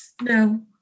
No